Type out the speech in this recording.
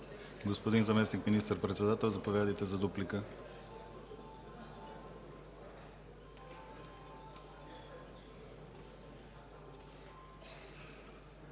Господин Заместник министър-председател, заповядайте за дуплика.